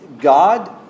God